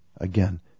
again